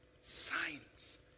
signs